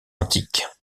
antique